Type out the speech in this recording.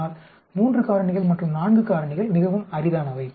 ஆனால் 3 காரணிகள் மற்றும் 4 காரணிகள் மிகவும் அரிதானவை